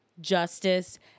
justice